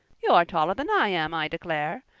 you're taller than i am, i declare.